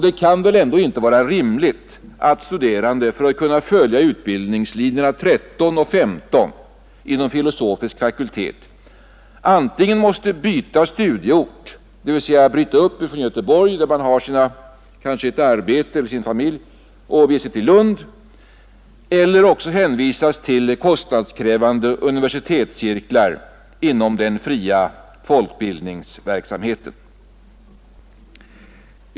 Det kan inte vara rimligt att studerande för att kunna följa utbildningslinjerna 13 och 15 inom filosofisk fakultet antingen måste byta studieort — dvs. bryta upp från Göteborg där man kanske har sitt arbete och sin familj och bege sig till Lund — eller hänvisas till kostnadskrävande universitetscirklar inom den fria folkbildningsverksamheten.